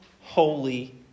holy